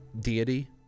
Deity